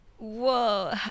whoa